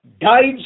guides